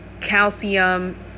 calcium